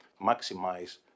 maximize